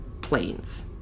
planes